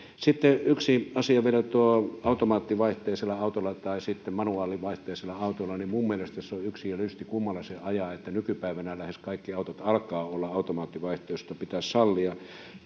sitten yksi asia vielä automaattivaihteisella autolla vai manuaalivaihteisella autolla minun mielestäni se on yksi lysti kummalla sen ajaa nykypäivänä kun lähes kaikki autot alkavat olla automaattivaihteisia ne pitäisi sallia